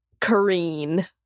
Kareen